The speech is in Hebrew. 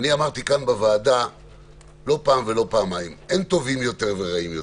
אמרתי כאן בוועדה לא פעם ולא פעמיים אין טובים יותר ורעים יותר.